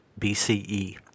BCE